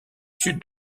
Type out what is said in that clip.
sud